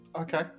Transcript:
Okay